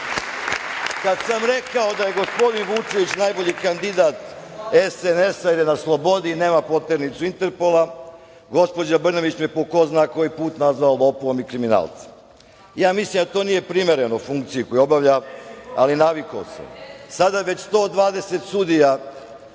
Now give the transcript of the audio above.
tim. Kad sam rekao da je gospodin Vučević najbolji kandidat SNS jer je na slobodi i nema poternicu Interpola, gospođa Brnabić je po ko zna koji put nazvala lopovom i kriminalcem. Ja mislim da to nije primereno funkciji koju obavlja, ali navikao sam. Sada već 120 sudija,